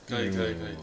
可以可以可以